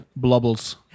blubbles